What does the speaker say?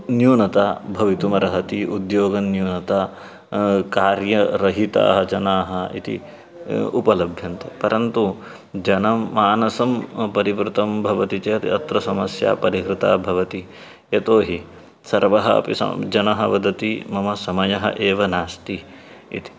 न्यूनता भवितुमर्हति उद्योगन्यूनता कार्यरहिताः जनाः इति उपलभ्यन्ते परन्तु जनमानसं परिवृतं भवति चेत् अत्र समस्या परिहृता भवति यतोहि सर्वः अपि जनः वदति मम समयः एव नास्ति इति